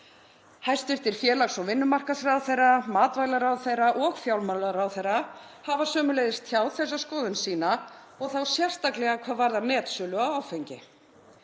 Hæstv. félags- og vinnumarkaðsráðherra, matvælaráðherra og fjármálaráðherra hafa sömuleiðis tjáð þessa skoðun sína og þá sérstaklega hvað varðar netsölu á áfengi.